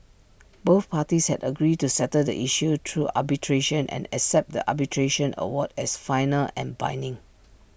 both parties had agreed to settle the issue through arbitration and accept the arbitration award as final and binding